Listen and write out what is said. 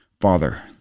Father